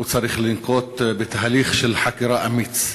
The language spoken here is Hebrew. הם צריכים לנקוט תהליך חקירה אמיץ,